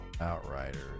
Outriders